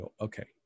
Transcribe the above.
Okay